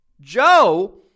Joe